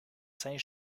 saint